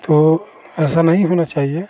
तो ऐसा नहीं होना चाहिए